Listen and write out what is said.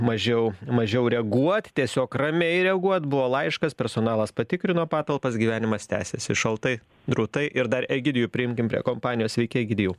mažiau mažiau reaguot tiesiog ramiai reaguot buvo laiškas personalas patikrino patalpas gyvenimas tęsiasi šaltai drūtai ir dar egidijų priimkim prie kompanijos sveiki egidijau